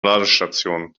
ladestation